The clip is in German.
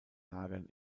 lagern